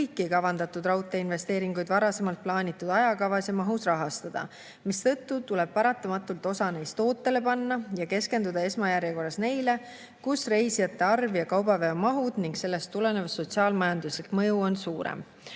kõiki kavandatud raudteeinvesteeringuid varasemalt plaanitud ajakavas ja mahus rahastada, mistõttu tuleb paratamatult osa neist ootele panna ja keskenduda esmajärjekorras neile, kus reisijate arv ja kaubaveo maht ning sellest tulenev sotsiaal-majanduslik mõju on suurem.